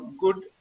good